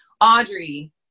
Audrey